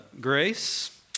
grace